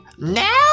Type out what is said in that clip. Now